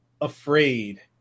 afraid